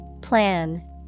Plan